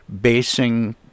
basing